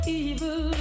evil